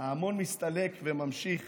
ההמון מסתלק" וממשיך